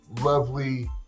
lovely